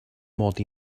mod